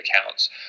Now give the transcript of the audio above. accounts